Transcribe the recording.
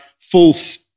false